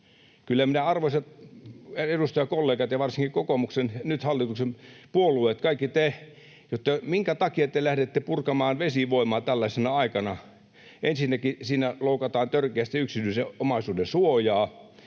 arvoisat edustajakollegat ja varsinkin kokoomuksen edustajat, nyt hallituksessa olevat puolueet, kaikki te, minkä takia te lähdette purkamaan vesivoimaa tällaisena aikana. Ensinnäkin siinä loukataan törkeästi yksityisen omaisuuden suojaa.